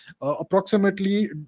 approximately